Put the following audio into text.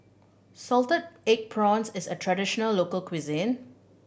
salted egg prawns is a traditional local cuisine